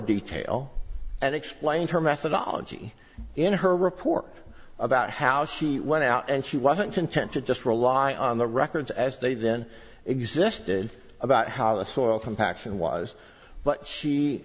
detail and explained her methodology in her report about how she went out and she wasn't content to just rely on the records as they then existed about how the soil from paxson was but she